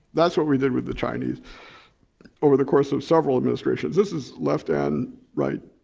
that's what we did with the chinese over the course of several administrations. this is left and right,